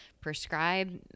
prescribe